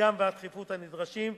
המדגם והתכיפות הנדרשים,